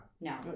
No